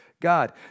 God